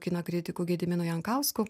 kino kritiku gediminu jankausku